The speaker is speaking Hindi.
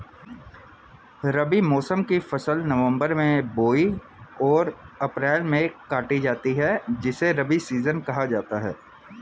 रबी मौसम की फसल नवंबर में बोई और अप्रैल में काटी जाती है जिसे रबी सीजन कहा जाता है